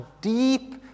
deep